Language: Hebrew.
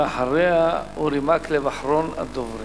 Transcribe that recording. אורי מקלב אחרון הדוברים.